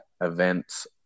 events